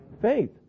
faith